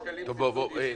קטי, בואי, בואי.